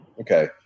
Okay